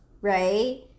right